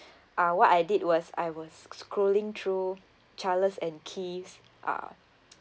uh what I did was I was scrolling through charles and keith's uh